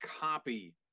copy